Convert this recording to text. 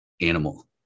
animal